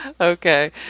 Okay